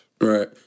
right